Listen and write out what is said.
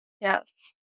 Yes